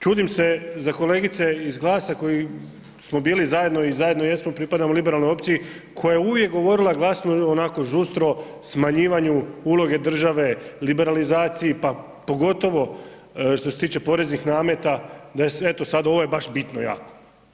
Čudim se za kolegice iz GLAS-a koji smo bili zajedno i zajedno jesmo, pripadamo liberalnoj opciji, koja je uvijek govorila glasno, onako žustro o smanjivanju uloge države, liberalizaciji pa pogotovo što se tiče poreznih nameta da eto sad ovo je baš bitno jako.